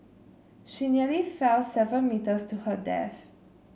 she nearly fell seven metres to her death